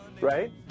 right